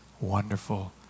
wonderful